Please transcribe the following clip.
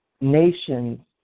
nations